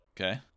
Okay